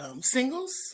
singles